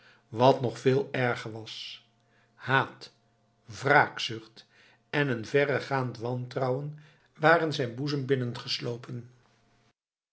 wat nog veel erger was haat wraakzucht en een verregaand wantrouwen waren zijn boezem